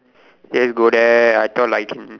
just go there I thought like can